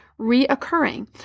reoccurring